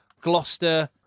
Gloucester